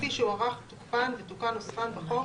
כפי שהוארך תוקפן ותוקן נוסחן בחוק,